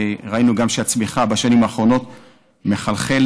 גם ראינו שהצמיחה בשנים האחרונות מחלחלת,